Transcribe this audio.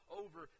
over